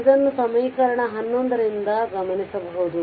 ಇದನ್ನು ಸಮೀಕರಣ 11 ರಿಂದ ಗಮನಿಸಬಹುದು